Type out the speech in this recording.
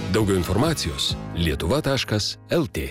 daugiau informacijos lietuva taškas lt